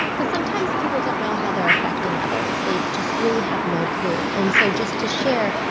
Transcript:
because sometimes people don't know how they're affecting others. they just really have no clue and so just to share,